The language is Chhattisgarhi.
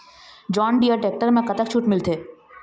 जॉन डिअर टेक्टर म कतक छूट मिलथे?